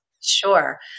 Sure